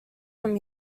from